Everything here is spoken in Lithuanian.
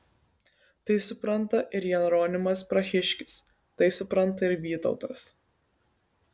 tai supranta ir jeronimas prahiškis tai supranta ir vytautas